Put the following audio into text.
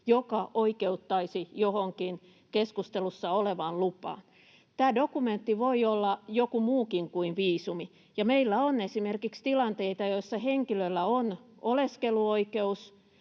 joka oikeuttaisi johonkin keskustelussa olevaan lupaan. Tämä dokumentti voi olla joku muukin kuin viisumi. Ja meillä on esimerkiksi tilanteita, joissa henkilöllä on oleskeluoikeus,